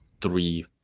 three